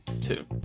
Two